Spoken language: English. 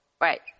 right